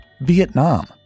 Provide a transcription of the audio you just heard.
Vietnam